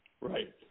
Right